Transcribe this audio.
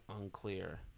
unclear